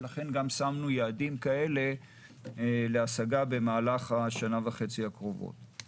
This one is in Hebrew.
ולכן גם שמנו יעדים כאלה להשגה במהלך השנה וחצי הקרובות.